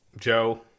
Joe